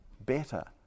better